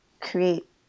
create